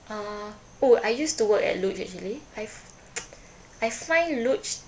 uh oh I used to work at luge actually I've I find luge